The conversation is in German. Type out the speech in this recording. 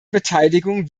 beteiligung